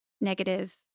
negative